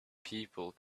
people